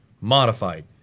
modified